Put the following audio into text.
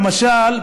למשל,